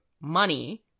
money